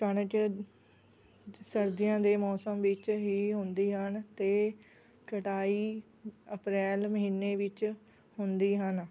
ਕਣਕ ਸਰਦੀਆਂ ਦੇ ਮੌਸਮ ਵਿੱਚ ਹੀ ਹੁੰਦੀ ਹਨ ਅਤੇ ਕਟਾਈ ਅਪ੍ਰੈਲ ਮਹੀਨੇ ਵਿੱਚ ਹੁੰਦੀ ਹਨ